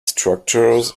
structures